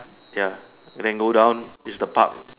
ya then go down is the pub